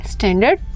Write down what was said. Standard